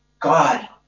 God